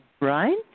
Right